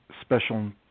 special